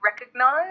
recognize